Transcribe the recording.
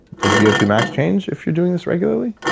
does v o two max change if you're doing this regularly?